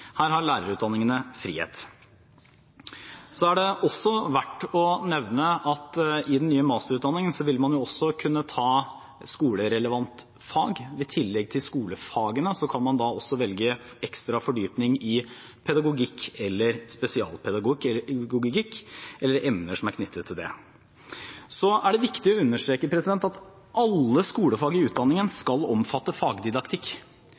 Her har lærerutdanningene frihet. Det er også verdt å nevne at i den nye masterutdanningen vil man også kunne ta skolerelevante fag. I tillegg til skolefagene kan man da også velge ekstra fordypning i pedagogikk eller spesialpedagogikk eller emner som er knyttet til det. Så er det viktig å understreke at alle skolefag i utdanningen skal omfatte fagdidaktikk,